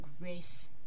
grace